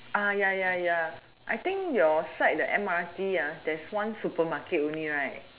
ya ya ya I think at your side the M_R_T ah there is one supermarket only right